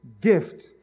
gift